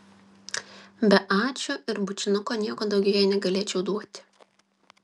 be ačiū ir bučinuko nieko daugiau jai negalėčiau duoti